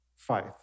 faith